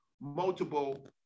multiple